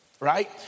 Right